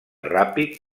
ràpid